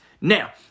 Now